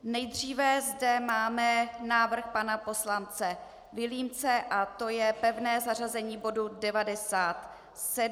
Nejdříve zde máme návrh pana poslance Vilímce a to je pevné zařazení bodu 97.